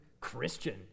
Christian